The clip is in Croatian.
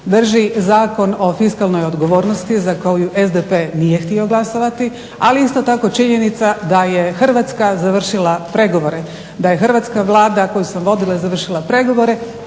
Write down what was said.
drži Zakon o fiskalnoj odgovornosti za koju SDP nije htio glasovati ali isto tako činjenica da je Hrvatska završila pregovore, da je hrvatska vlada koju sam vodila završila pregovore